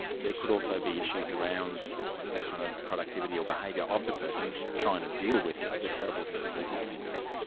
could also be issues around the kind of productivity or behaviour of the person trying to deal with the terrible things that they're dealing with.